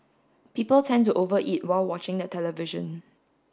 people tend to over eat while watching the television